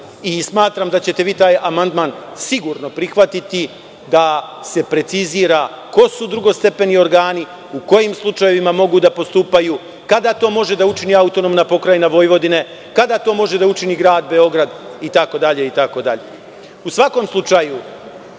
i smatram da ćete vi taj amandman sigurno prihvatiti, da se precizira ko su drugostepeni organi, u kojim slučajevima mogu da postupaju, kada to može da učini AP Vojvodina, kada to može da učini Grad Beograd itd.U svakom slučaju,